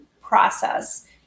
process